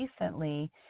recently